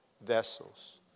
Vessels